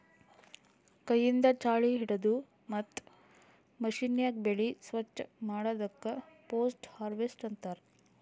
ಕೈಯಿಂದ್ ಛಾಳಿ ಹಿಡದು ಮತ್ತ್ ಮಷೀನ್ಯಾಗ ಬೆಳಿ ಸ್ವಚ್ ಮಾಡದಕ್ ಪೋಸ್ಟ್ ಹಾರ್ವೆಸ್ಟ್ ಅಂತಾರ್